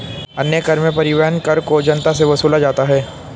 अन्य कर में परिवहन कर को जनता से वसूला जाता है